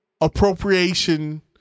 appropriation